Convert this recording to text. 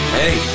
hey